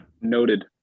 noted